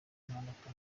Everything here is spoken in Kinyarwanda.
mpanuka